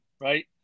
right